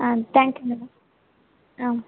ಹಾಂ thank you madam ಹಾಂ